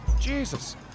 Jesus